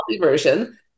version